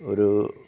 ഒരു